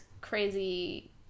crazy